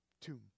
tomb